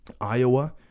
Iowa